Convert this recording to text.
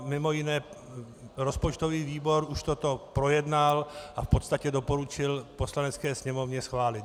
Mimo jiné rozpočtový výbor už toto projednal a v podstatě doporučil Poslanecké sněmovně schválit.